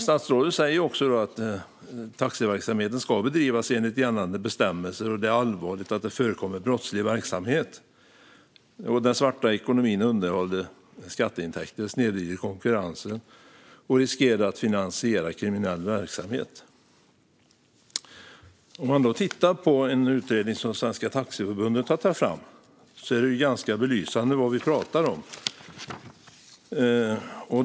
Statsrådet säger att taxiverksamheten ska bedrivas enligt gällande bestämmelser och att det är allvarligt att det förekommer brottslig verksamhet. Han säger också att den svarta ekonomin undanhåller skatteintäkter, snedvrider konkurrensen och riskerar att finansiera kriminell verksamhet. Man kan titta på en utredning som Svenska Taxiförbundet har tagit fram - den belyser ganska väl vad vi pratar om.